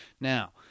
Now